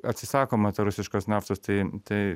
atsisakoma to rusiškos naftos tai tai